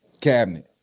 cabinet